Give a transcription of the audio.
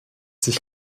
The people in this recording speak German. sich